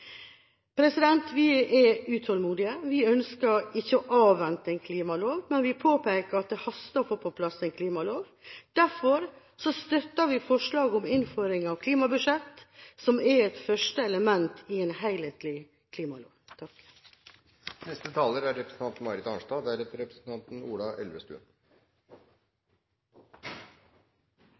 klima. Vi er utålmodige. Vi ønsker ikke å avvente en klimalov, men påpeker at det haster å få på plass en klimalov. Derfor støtter vi forslaget om innføring av klimabudsjett, som et første element i en helhetlig klimalov. Som saksordføreren sa, er